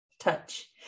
touch